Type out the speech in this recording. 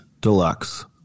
deluxe